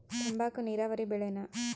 ತಂಬಾಕು ನೇರಾವರಿ ಬೆಳೆನಾ?